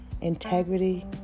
integrity